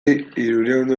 hirurehun